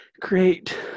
create